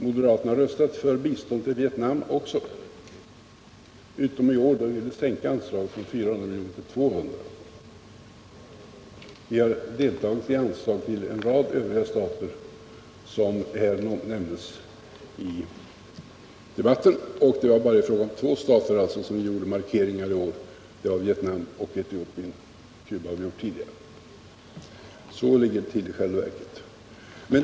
Moderaterna har röstat för bistånd till Vietnam, men i år ville vi sänka anslaget från 400 miljoner till 200 miljoner. Vi har deltagit i fördelningen av anslagen till en rad övriga stater som omnämnts här i debatten. Det var bara i fråga om två stater som vi i år gjorde markeringar, nämligen beträffande Vietnam och Etiopien — Cuba har vi berört tidigare. Så ligger det i själva verket till.